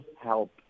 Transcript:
help